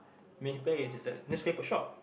there's paper shop